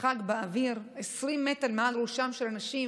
שחג באוויר 20 מטר מעל ראשם של אנשים,